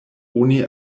oni